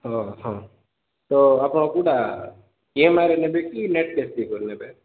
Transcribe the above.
ହଁ ହଁ ତ ଆପଣ କେଉଁଟା ଇଏମଆଇରେ ନେବେ କି ନେଟ୍ କ୍ୟାସ୍ ଦେଇକରି ନେବେ